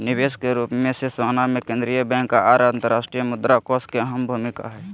निवेश के रूप मे सोना मे केंद्रीय बैंक आर अंतर्राष्ट्रीय मुद्रा कोष के अहम भूमिका हय